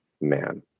man